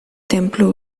tenplu